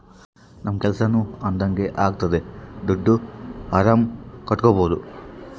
ನಮ್ ಕೆಲ್ಸನೂ ಅದಂಗೆ ಆಗ್ತದೆ ದುಡ್ಡು ಆರಾಮ್ ಕಟ್ಬೋದೂ